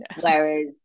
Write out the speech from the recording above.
Whereas